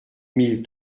mille